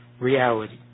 reality